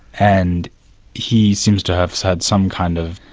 and he seems to have had some kind of,